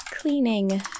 cleaning